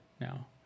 now